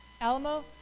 Alamo